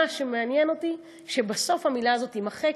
מה שמעניין אותי, שבסוף המילה הזאת תימחק